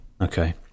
Okay